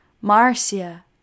Marcia